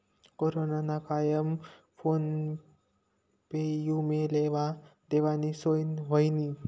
corona ना कायमा PhonePe मुये लेवा देवानी सोय व्हयनी